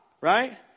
right